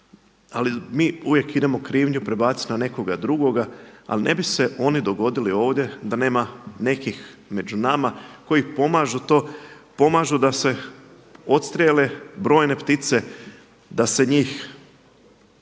Ali mi uvijek idemo krivnju prebaciti na nekoga drugoga, ali ne bi se oni dogodili ovdje da nema nekih među nama koji pomažu to, pomažu da se odstrijele brojne ptice, da se njih